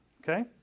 Okay